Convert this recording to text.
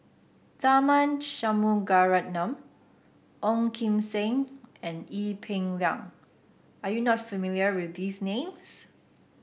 Tharman Shanmugaratnam Ong Kim Seng and Ee Peng Liang are you not familiar with these names